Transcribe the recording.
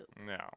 No